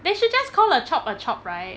they should just call a chop a chop right